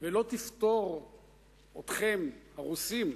ולא תפטור אתכם, הרוסים,